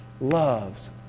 loves